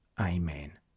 Amen